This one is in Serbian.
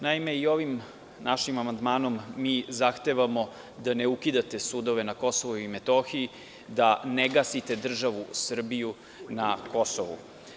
Naime, i ovim našim amandmanom mi zahtevamo da ne ukidate sudove na KiM, da ne gasite državu Srbiju na Kosovu.